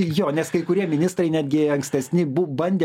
jo nes kai kurie ministrai netgi ankstesni bu bandė